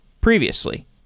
previously